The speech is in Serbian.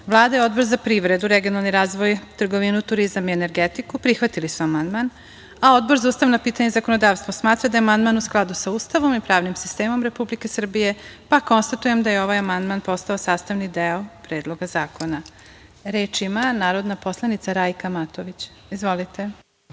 i Odbor za privredu, regionalni razvoj, trgovinu, turizam i energetiku prihvatili su amandman, a Odbor za ustavna pitanja i zakonodavstvo smatra da je amandman u skladu sa Ustavom i pravnim sistemom Republike Srbije. Konstatujem da je ovaj amandman postao sastavni deo Predloga zakona. Reč ima narodni poslanik prof. dr